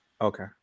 Okay